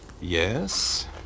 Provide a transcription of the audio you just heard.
Yes